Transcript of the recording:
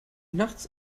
nachts